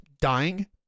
dying